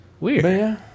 Weird